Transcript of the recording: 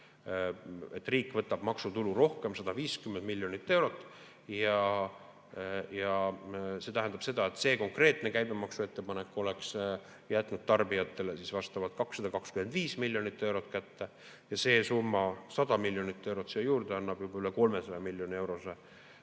Riik võtab maksutulu rohkem 150 miljonit eurot. See konkreetne käibemaksuettepanek oleks jätnud tarbijatele vastavalt 225 miljonit eurot kätte. See summa, 100 miljonit eurot siia juurde, annab juba üle 300 miljoni euro